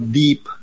deep